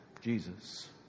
Jesus